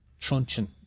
truncheon